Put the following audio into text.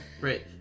right